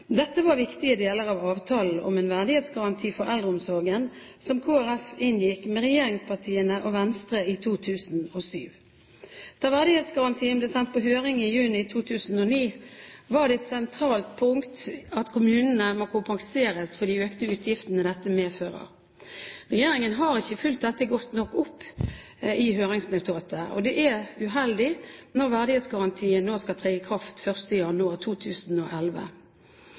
Dette var viktige deler av avtalen om en verdighetsgaranti for eldreomsorgen som Kristelig Folkeparti inngikk med regjeringspartiene og Venstre i 2007. Da verdighetsgarantien ble sendt på høring i juni 2009, var det et sentralt punkt at kommunene må kompenseres for de økte utgiftene dette medfører. Regjeringen har ikke fulgt godt nok opp den delen av høringsnotatet, og det er uheldig når verdighetsgarantien skal tre i kraft 1. januar 2011.